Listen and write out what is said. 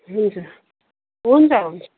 हुन्छ हुन्छ हुन्छ